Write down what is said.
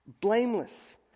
blameless